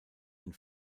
den